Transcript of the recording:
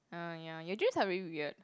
ah ya your dreams are very weird